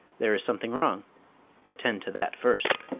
there is something wrong attend to that first.